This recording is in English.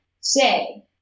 say